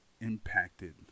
impacted